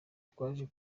twaje